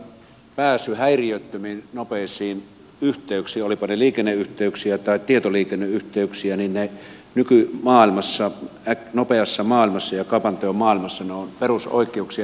tiedonsaanti ja pääsy häiriöttömiin nopeisiin yhteyksiin olivatpa ne liikenneyhteyksiä tai tietoliikenneyhteyksiä ovat nykymaailmassa nopeassa maailmassa ja kaupanteon maailmassa perusoikeuksia ihmisille